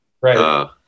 right